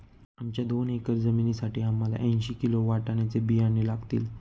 आमच्या दोन एकर जमिनीसाठी आम्हाला ऐंशी किलो वाटाण्याचे बियाणे लागतील